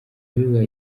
biba